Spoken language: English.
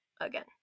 again